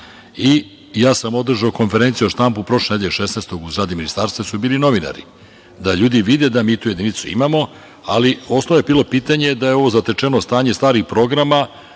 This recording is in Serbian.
sam konferenciju za štampu prošle nedelje 16. januara u zgradi Ministarstva gde su bili novinara, da ljudi vide da mi tu jedinicu imamo, ali osnovno je bilo pitanje da je ovo zatečeno stanje starih programa,